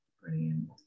Brilliant